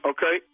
Okay